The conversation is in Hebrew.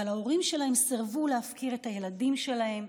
אבל ההורים שלהם סירבו להפקיר את הילדים שלהם,